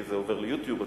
כי זה עובר ל-YouTube,